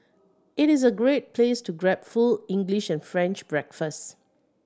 it is a great place to grab full English and French breakfast